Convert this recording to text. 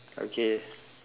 okay